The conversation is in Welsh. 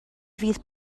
fydd